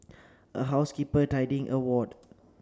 a housekeeper tidying a ward